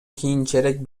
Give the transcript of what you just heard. кийинчерээк